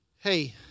hey